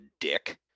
dick